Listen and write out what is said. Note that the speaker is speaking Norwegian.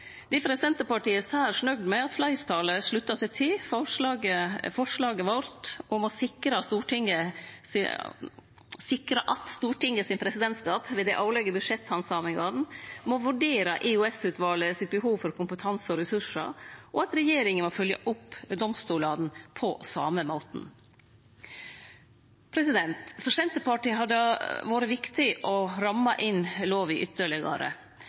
Difor er Senterpartiet særs nøgd med at fleirtalet sluttar seg til forslaget vårt om å sikre at Stortingets presidentskap ved dei årlege budsjetthandsamingane må vurdere EOS-utvalet sitt behov for kompetanse og ressursar, og at regjeringa må fylgje opp domstolane på same måten. For Senterpartiet har det vore viktig å ramme inn lova ytterlegare.